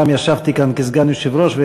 פעם ישבתי כאן כסגן יושב-ראש,